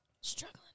Struggling